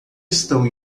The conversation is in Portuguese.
estão